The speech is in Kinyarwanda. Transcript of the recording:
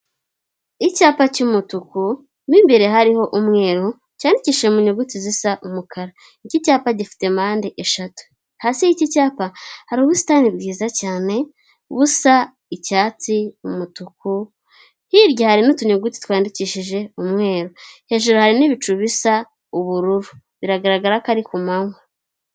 Icyapa cy'umutuku mu imbere hariho umweru cyandikishije mu nyuguti zisa umukara. Iki cyapa gifite impande eshatu. Hasi y'iki cyapa hari ubusitani bwiza cyane busa icyatsi umutuku hirya hari n'utunyuguti twandikishije umweru, hejuru hari n'ibicu bisa ubururu biragaragara ko ari ku manywa.